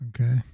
Okay